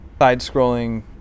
side-scrolling